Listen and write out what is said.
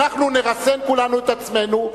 אנחנו נרסן כולנו את עצמנו,